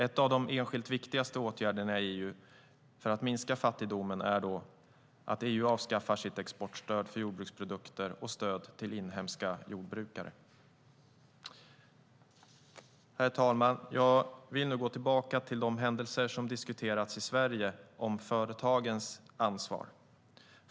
En av de enskilt viktigaste åtgärderna i EU för att minska fattigdomen är att EU avskaffar sitt exportstöd för jordbruksprodukter och stöd till inhemska jordbrukare. Herr talman! Jag vill nu gå tillbaka till de händelser som diskuterats i Sverige om företagens ansvar.